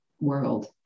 world